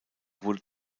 wurde